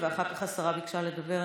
ואחר כך השרה ביקשה לדבר,